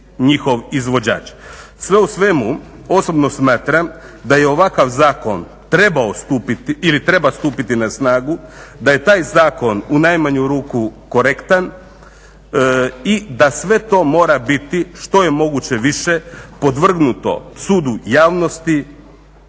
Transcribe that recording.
njihov izvođač. Sve u svemu, osobno smatram da je ovakav zakon trebao stupiti ili treba stupiti na snagu, da je taj zakon u najmanju ruku korektan i da sve to mora biti što je moguće više podvrgnuto sudu javnosti